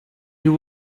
you